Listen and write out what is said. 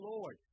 Lord